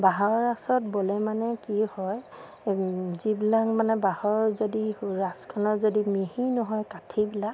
বাঁহৰ ৰাঁচত ব'লে মানে কি হয় যিবিলাক মানে বাঁহৰ যদি ৰাঁচখনৰ যদি মিহি নহয় কাঠিবিলাক